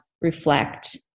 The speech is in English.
reflect